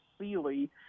Sealy